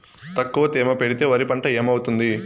తక్కువ తేమ పెడితే వరి పంట ఏమవుతుంది